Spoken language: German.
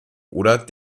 oder